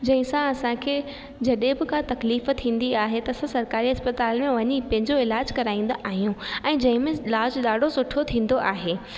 जंहिंसां असांखे जॾहिं बि का तकलीफ़ थींदी आहे त असां सरकारी अस्पताल में वञी पंहिंजो इलाज कराईंदा आहियूं ऐं जंहिंमें इलाज ॾाढो सुठो थींदो आहे